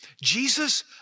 Jesus